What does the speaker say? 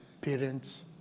parents